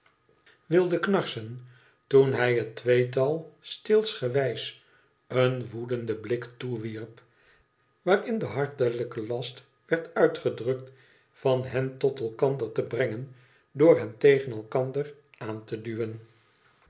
wilde knarsen toen hij het tweetal steelsgewijseen woedenden buk toewierp waarin de hartelijke last werd uitgediukt van hen tot elkander te brengen door hen tegen elkander aan te duwen